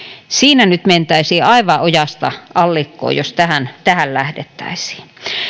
siinä nyt mentäisiin aivan ojasta allikkoon jos tähän tähän lähdettäisiin